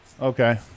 Okay